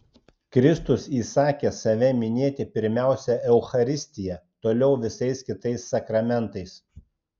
kristus įsakė save minėti pirmiausia eucharistija toliau visais kitais sakramentais